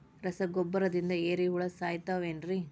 ರಸಗೊಬ್ಬರದಿಂದ ಏರಿಹುಳ ಸಾಯತಾವ್ ಏನ್ರಿ?